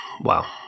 Wow